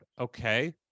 Okay